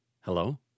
Hello